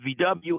vw